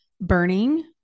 burning